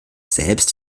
selbst